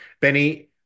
Benny